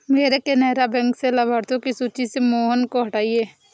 मेरे केनरा बैंक से लाभार्थियों की सूची से मोहन को हटाइए